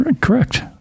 Correct